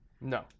No